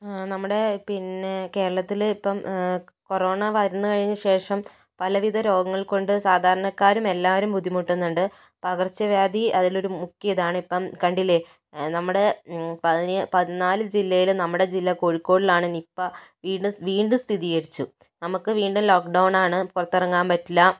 നമ്മുടെ പിന്നെ കേരളത്തിൽ ഇപ്പോൾ കൊറോണ വന്ന് കഴിഞ്ഞ ശേഷം പല വിധ രോഗങ്ങൾ കൊണ്ട് സാധാരണക്കാരും എല്ലാവരും ബുദ്ധിമുട്ടുന്നുണ്ട് പകർച്ചവ്യാധി അതിലൊരു മുഖ്യ ഇതാണ് ഇപ്പം കണ്ടില്ലേ നമ്മുടെ പതിനാല് ജില്ലയിൽ നമ്മുടെ നാട് കോഴിക്കോടാണ് നിപ്പ വീണ്ടും വീണ്ടും സ്ഥിതികരിച്ചു നമുക്ക് വീണ്ടും ലോക്ഡോണാണ് പുറത്ത് ഇറങ്ങാൻ പറ്റില്ല